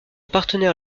partenaire